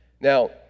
Now